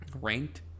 Ranked